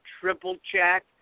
triple-check